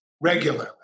regularly